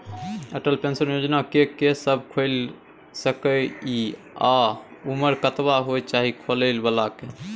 Atal pension Yojana के के सब खोइल सके इ आ उमर कतबा होय चाही खोलै बला के?